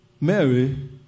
Mary